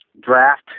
draft